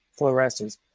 fluoresces